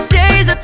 days